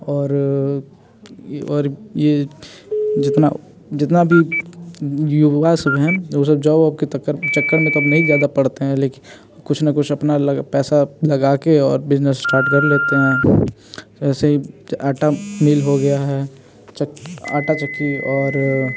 और ये और ये जितना जितना भी रीवा सब है वो सब जाओ आप के तक्कर चक्कर में तो अब नहीं ज़्यादा पड़ते हैं लेकिन कुछ ना कुछ अपना पैसा लगा के और बिजनेस स्टार्ट कर लेते हैं वैसे ही आटा आटा मील हो गई है चक आटा चक्की और